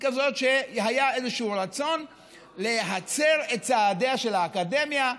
כזאת שהיה איזשהו רצון להצר את צעדיה של האקדמיה,